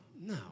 no